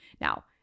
Now